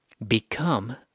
become